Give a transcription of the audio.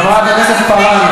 חברת הכנסת פארן,